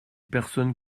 personnes